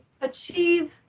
achieve